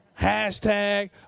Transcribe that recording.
Hashtag